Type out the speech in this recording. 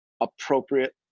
appropriate